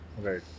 Right